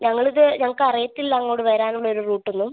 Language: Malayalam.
ഞങ്ങൾ ഇത് ഞങ്ങൾക്ക് അറിയത്തില്ല അങ്ങോട്ട് വരാനുള്ള ഒരു റൂട്ട് ഒന്നും